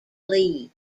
league